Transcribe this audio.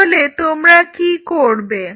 তাহলে তোমরা কি করবে